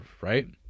right